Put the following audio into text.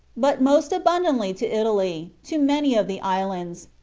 but most abundantly to italy, to many of the islands,